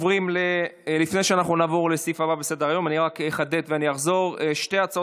לפני שנעבור לסעיף הבא בסדר-היום אחדד ואחזור: שתי ההצעות